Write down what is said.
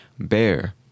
bear